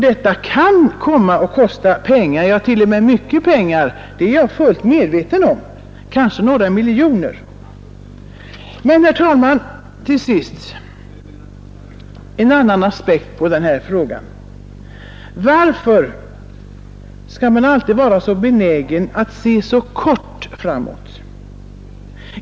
Detta kommer att kosta pengar, ja, t.o.m. mycket pengar, det är jag fullt medveten om. Herr talman! Till sist en annan aspekt på denna fråga. Varför skall man alltid vara så benägen att se bara en kort tid framåt?